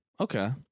Okay